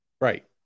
Right